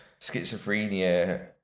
Schizophrenia